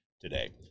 today